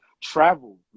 Travel